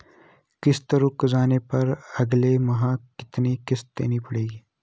किश्त रुक जाने पर अगले माह कितनी किश्त देनी पड़ेगी?